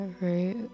right